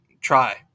try